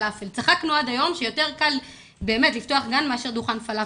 צחקנו עד היום שיותר קל לפתוח גן מאשר דוכן פלאפל,